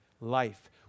life